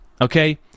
okay